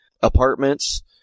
apartments